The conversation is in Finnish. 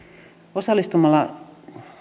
osallistumalla